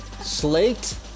Slate